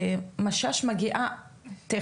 ענבל משש מרשות האוכלוסין מגיעה תיכף,